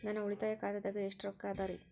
ನನ್ನ ಉಳಿತಾಯ ಖಾತಾದಾಗ ಎಷ್ಟ ರೊಕ್ಕ ಅದ ರೇ?